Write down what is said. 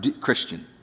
Christian